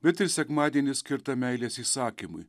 bet ir sekmadienį skirtą meilės įsakymui